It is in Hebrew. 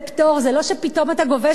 זה לא שפתאום אתה גובה 3 מיליארד.